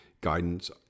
guidance